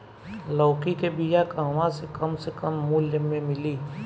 लौकी के बिया कहवा से कम से कम मूल्य मे मिली?